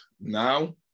now